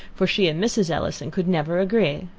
for she and mrs. ellison could never agree.